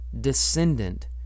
descendant